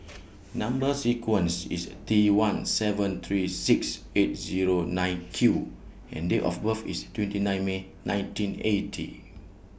Number sequence IS T one seven three six eight Zero nine Q and Date of birth IS twenty nine May nineteen eighty